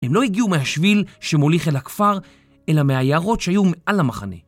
הם לא הגיעו מהשביל שמוליך אל הכפר, אלא מהיערות שהיו מעל המחנה.